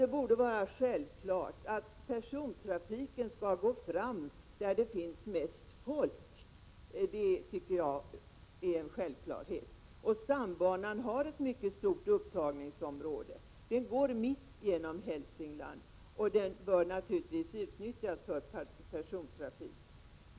Det borde vara självklart att persontrafiken skall gå fram där det finns mest folk, och stambanan har ett mycket stort upptagningsområde. Den går mitt igenom Hälsingland och bör naturligtvis utnyttjas för persontrafik.